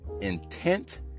intent